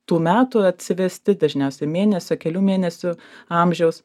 tų metų atsivesti dažniausiai mėnesio kelių mėnesių amžiaus